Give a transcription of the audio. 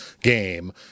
game